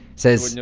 says.